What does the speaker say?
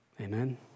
Amen